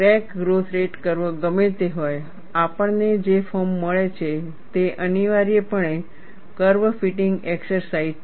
crack growth rate curve ગમે તે હોય આપણને જે ફોર્મ મળે છે તે અનિવાર્યપણે કર્વ ફિટિંગ એક્સરસાઈઝ છે